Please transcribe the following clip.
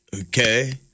okay